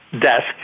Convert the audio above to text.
desk